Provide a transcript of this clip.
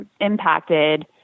impacted